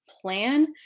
plan